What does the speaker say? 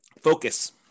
Focus